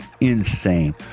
Insane